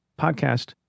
podcast